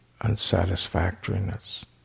unsatisfactoriness